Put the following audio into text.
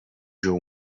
your